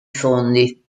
fondi